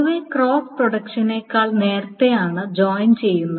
പൊതുവേ ക്രോസ് പ്രോഡക്ട്നേക്കാൾ നേരത്തെ ആണ് ജോയിൻ ചെയ്യുന്നത്